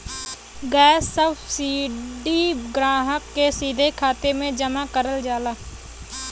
gas subsidy ग्राहक के सीधा खाते में जमा करल जाला